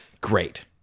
Great